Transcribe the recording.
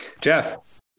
Jeff